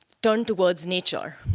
turned towards nature.